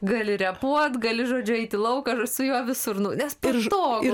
gali repuoti gali žodžiu eiti į lauką su juo visur nu nes patogu